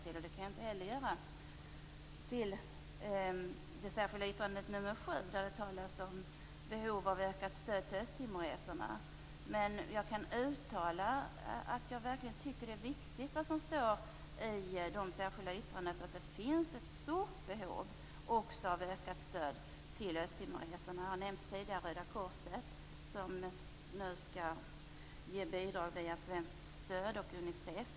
Inte heller kan jag yrka bifall till det särskilda yttrandet nr 7, där det talas om behovet av ett ökat stöd till östtimoreserna. Jag kan dock uttala att jag verkligen tycker att det som står i det särskilda yttrandet är viktigt, nämligen att det finns ett stort behov av ökat stöd också till östtimoreserna. Tidigare har ju Röda korset nämnts, som nu skall ge bidrag via svenskt stöd, och Unicef.